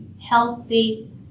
healthy